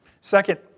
Second